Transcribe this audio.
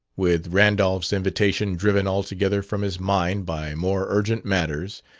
with randolph's invitation driven altogether from his mind by more urgent matters,